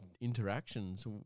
interactions